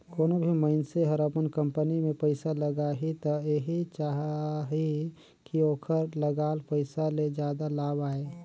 कोनों भी मइनसे हर अपन कंपनी में पइसा लगाही त एहि चाहही कि ओखर लगाल पइसा ले जादा लाभ आये